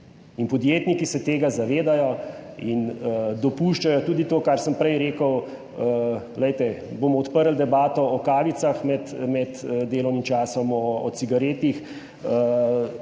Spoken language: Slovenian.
in podjetniki se tega zavedajo in dopuščajo tudi to, kar sem prej rekel, glejte, bomo odprli debato o kavicah med delovnim časom, o cigaretah,